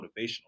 motivational